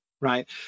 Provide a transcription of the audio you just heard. right